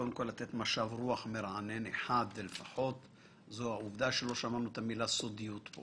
משב רוח מרענן אחד לפחות זה העובדה שלא שמענו את המילה "סודיות".